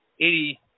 80